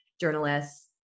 journalists